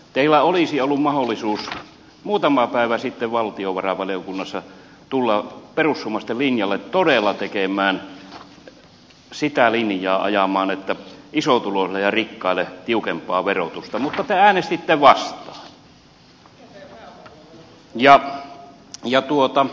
teillä olisi ollut mahdollisuus muutama päivä sitten valtiovarainvaliokunnassa tulla perussuomalaisten linjalle todella ajamaan sitä linjaa että isotuloisille ja rikkaille tiukempaa verotusta mutta te äänestitte vastaan